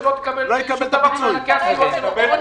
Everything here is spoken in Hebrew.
שלא תקבל שום דבר.